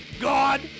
God